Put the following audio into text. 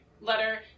letter